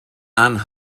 and